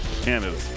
Canada